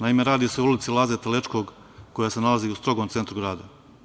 Naime, radi se o ulici Laze Telečkog koja se nalazi u strogom centru grada.